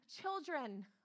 children